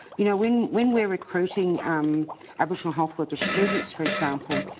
you know when when we're recruiting um aboriginal health-worker students, for example,